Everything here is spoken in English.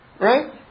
Right